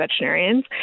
veterinarians